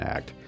Act